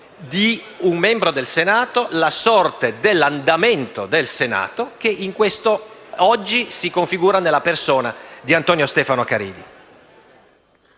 di un membro del Senato, la sorte dell'andamento del Senato, che oggi si configura nella persona di Antonio Stefano Caridi.